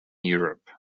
europe